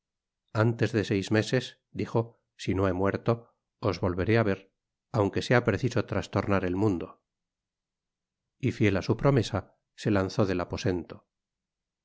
antes de seis meses dijo si no he muerto os volveré á ver aunque sea preciso trastornar el mundo y fiel á su promesa se lanzó del aposento